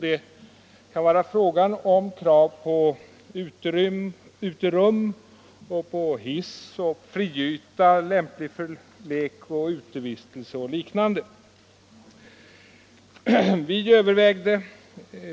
Det kan vara fråga om krav på uterum, hiss, friyta lämplig för lek och utevistelse och liknande.